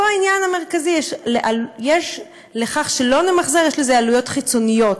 פה העניין המרכזי לכך שלא נמחזר: יש לזה עלויות חיצוניות.